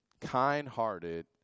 kind-hearted